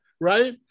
right